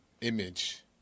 image